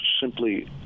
simply